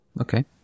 Okay